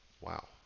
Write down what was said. Wow